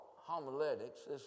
homiletics